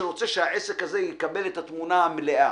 והוא רוצה שהעסק הזה יגיע לתמונה המלאה.